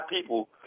people